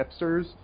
hipsters